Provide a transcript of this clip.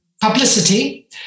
publicity